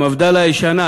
מפד"ל הישנה,